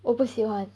我不喜欢